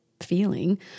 feeling